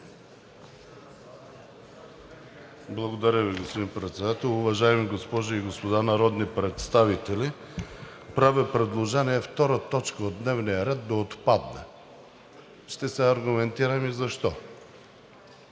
Благодаря Ви, господин Председател. Уважаеми госпожи и господа народни представители, правя предложение т. 2 от дневния ред да отпадне. Ще се аргументирам и защо?